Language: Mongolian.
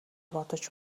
бодож